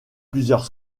plusieurs